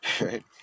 right